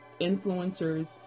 influencers